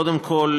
קודם כול,